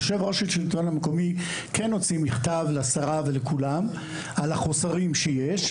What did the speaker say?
יושב-ראש השלטון המקומי כן הוציא מכתב לשרה ולכולם על החוסרים שיש.